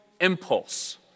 impulse